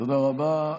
תודה רבה.